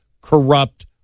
corrupt